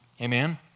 Amen